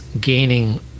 gaining